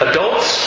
Adults